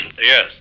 Yes